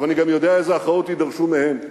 אבל אני גם יודע איזה הכרעות יידרשו מהם,